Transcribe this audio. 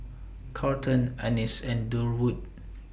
Carlton Annis and Durwood